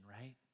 right